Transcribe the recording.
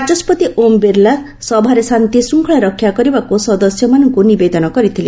ବାଚସ୍କତି ଓମ୍ ବିର୍ଲା ସଭାରେ ଶାନ୍ତିଶୃଙ୍ଗଳା ରକ୍ଷା କରିବାକୁ ସଦସ୍ୟମାନଙ୍କୁ ନିବେଦନ କରିଥିଲେ